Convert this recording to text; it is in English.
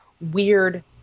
weird